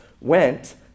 went